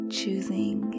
choosing